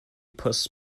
pws